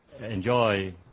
enjoy